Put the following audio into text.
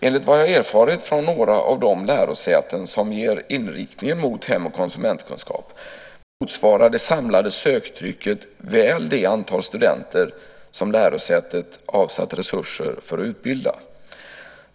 Enligt vad jag har erfarit från några av de lärosäten som ger inriktningen mot hem och konsumentkunskap motsvarar det samlade söktrycket väl det antal studenter som lärosätet avsatt resurser för att utbilda.